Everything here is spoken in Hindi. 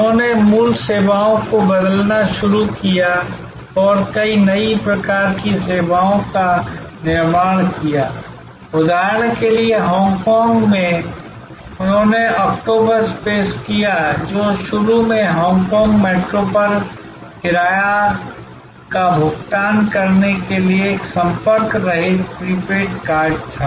उन्होंने मूल सेवाओं को बदलना शुरू किया और कई नई प्रकार की सेवाओं का निर्माण किया उदाहरण के लिए हांगकांग में उन्होंने ऑक्टोपस पेश किया जो शुरू में हांगकांग मेट्रो पर किराया का भुगतान करने के लिए एक संपर्क रहित प्रीपेड कार्ड था